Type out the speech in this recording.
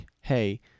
hey